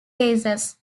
cases